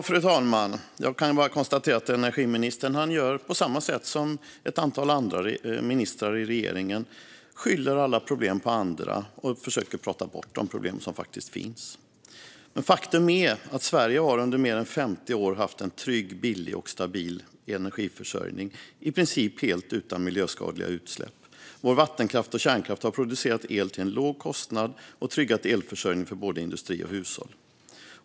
Fru talman! Jag kan bara konstatera att energiministern gör på samma sätt som ett antal andra ministrar i regeringen och skyller alla problem på andra och försöker prata bort de problem som faktiskt finns. Men faktum är att Sverige under mer än 50 år har haft en trygg, billig och stabil energiförsörjning, i princip helt utan miljöskadliga utsläpp. Vår vattenkraft och kärnkraft har producerat el till en låg kostnad och tryggat elförsörjningen för både industri och hushåll.